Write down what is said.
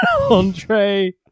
Andre